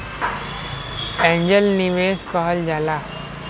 angel निवेस कहल जाला